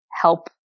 help